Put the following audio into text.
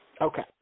Okay